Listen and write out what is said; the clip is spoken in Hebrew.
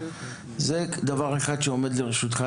זה דבר אחד שעומד לרשותך.